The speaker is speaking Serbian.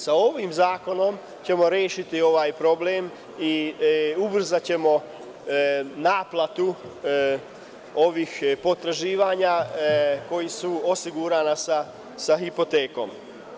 Sa ovim zakonom ćemo rešiti ovaj problem i ubrzaćemo naplatu ovih potraživanja koji su osigurani sa hipotekom.